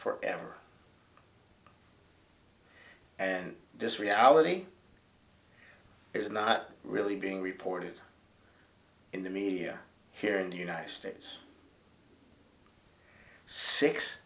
forever and this reality is not really being reported in the media here in the united states six